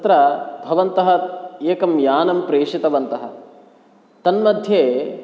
तत्र भवन्तः एकं यानं प्रेषितवन्तः तन्मध्ये